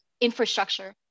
infrastructure